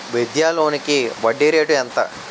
విద్యా లోనికి వడ్డీ రేటు ఎంత?